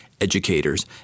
educators